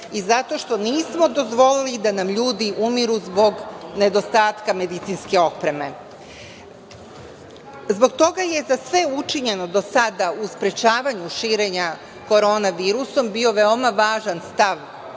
i zato što nismo dozvolili da nam ljudi umiru zbog nedostatka medicinske opreme. Zbog toga je za sve učinjeno do sada u sprečavanju širenja Koronavirusom bio veoma važan stav